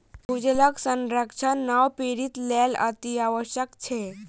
भूजलक संरक्षण नव पीढ़ीक लेल अतिआवश्यक छै